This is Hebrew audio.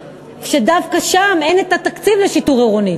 שדווקא אין להם תקציב לשיטור העירוני.